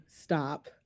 stop